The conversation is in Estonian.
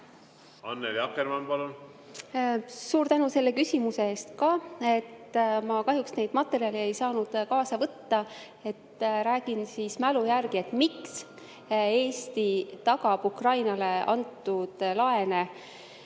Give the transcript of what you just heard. Annely Akkermann, palun! Suur tänu selle küsimuse eest! Ma kahjuks neid materjale ei saanud kaasa võtta. Räägin siis mälu järgi, miks Eesti tagab Ukrainale antud laene.